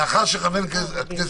לאחר מכן נשמע